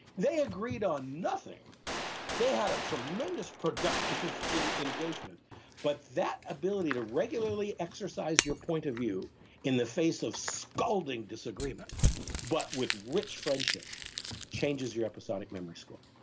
they agreed on nothing they had a tremendous productive engagement but that ability to regularly exercise your point of view in the face of scolding disagreement but with which friendship changes your episodic memory score.